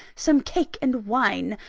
some cake and wine,